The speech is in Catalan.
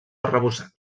arrebossat